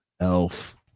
elf